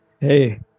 Hey